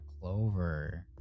Clover